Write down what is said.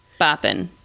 bopping